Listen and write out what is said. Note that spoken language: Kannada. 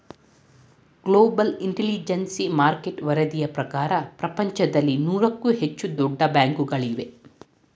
ಗ್ಲೋಬಲ್ ಇಂಟಲಿಜೆನ್ಸಿ ಮಾರ್ಕೆಟ್ ವರದಿಯ ಪ್ರಕಾರ ಪ್ರಪಂಚದಲ್ಲಿ ನೂರಕ್ಕೂ ಹೆಚ್ಚು ದೊಡ್ಡ ಬ್ಯಾಂಕುಗಳಿವೆ